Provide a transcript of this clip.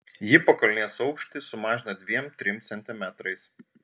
ji pakulnės aukštį sumažina dviem trim centimetrais